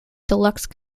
deluxe